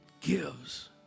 gives